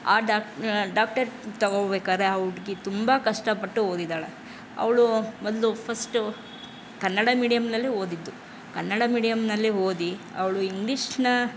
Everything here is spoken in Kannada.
ಆ ಡಾಕ್ ಡಾಕ್ಟರ್ ತಗೋಬೇಕಾದರೆ ಆ ಹುಡ್ಗಿ ತುಂಬ ಕಷ್ಟಪಟ್ಟು ಓದಿದ್ದಾಳೆ ಅವಳು ಮೊದಲು ಫಸ್ಟು ಕನ್ನಡ ಮೀಡಿಯಮ್ಮಿನಲ್ಲೇ ಓದಿದ್ದು ಕನ್ನಡ ಮೀಡಿಯಮ್ಮಿನಲ್ಲೇ ಓದಿ ಅವಳು ಇಂಗ್ಲಿಷನ್ನ